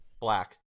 black